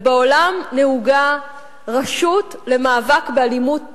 בעולם נהוגה רשות למאבק באלימות במשפחה,